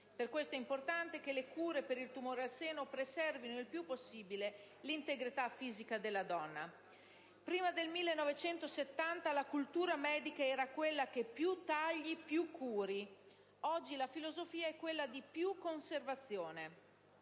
Per questo è importante che le cure per il tumore al seno preservino il più possibile l'integrità fisica della donna. Prima del 1970, la cultura medica era basata sulla convinzione che più si taglia, più si cura; oggi la filosofia è quella della maggiore conservazione.